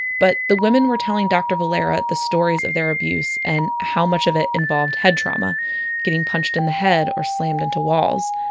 but the women were telling dr. valera the stories of their abuse and how much of it involved head trauma getting punched in the head or slammed into walls.